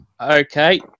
Okay